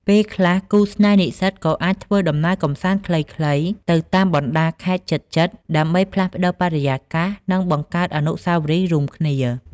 ពេលខ្លះ គូស្នេហ៍និស្សិតក៏អាច ធ្វើដំណើរកម្សាន្តខ្លីៗ ទៅតាមបណ្ដាខេត្តជិតៗ ដើម្បីផ្លាស់ប្ដូរបរិយាកាស និងបង្កើតអនុស្សាវរីយ៍រួមគ្នា។